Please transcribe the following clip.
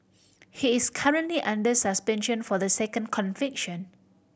he is currently under suspension for the second conviction